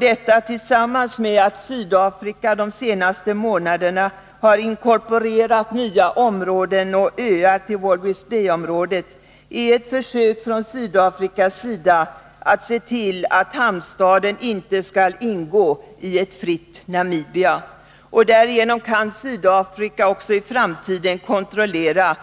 Detta tillsammans med att Sydafrika de senaste månaderna har inkorporerat nya områden och öar till Walvis Bay-området är ett försök från Sydafrikas sida att se till att hamnstaden inte skall ingå i ett fritt Namibia. Därigenom kan Sydafrika även i framtiden kontrollera